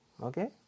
okay